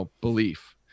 belief